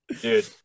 Dude